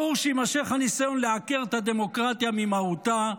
ברור שיימשך הניסיון לעקר את הדמוקרטיה ממהותה,